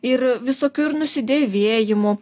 ir visokių ir nusidėvėjimų